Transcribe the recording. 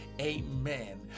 amen